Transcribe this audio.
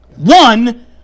One